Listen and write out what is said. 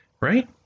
right